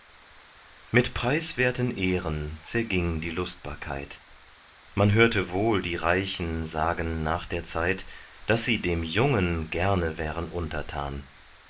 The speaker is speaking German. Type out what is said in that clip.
mit preiswerten ehren zerging die lustbarkeit man hörte wohl die reichen sagen nach der zeit daß sie dem jungen gerne wären untertan